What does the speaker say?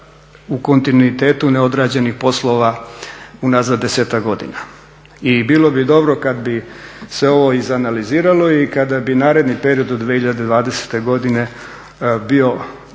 u kontinuitetu neodrađenih poslova unazad 10-ak godina. I bilo bi dobro kad bi se ovo izanaliziralo i kada bi naredni period do 2020. godine bio